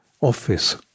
office